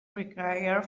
require